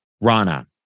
Rana